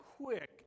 quick